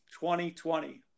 2020